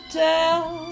tell